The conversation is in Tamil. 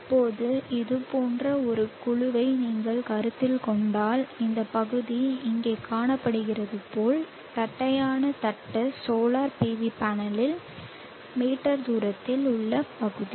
இப்போது இது போன்ற ஒரு குழுவை நீங்கள் கருத்தில் கொண்டால் இந்த பகுதி இங்கே காணப்படுவது போல் தட்டையான தட்டு சோலார் PV பேனலில் மீட்டர் சதுரத்தில் உள்ள பகுதி